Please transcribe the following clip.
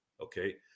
okay